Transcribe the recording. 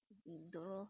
hmm the